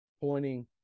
pointing